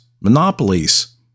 monopolies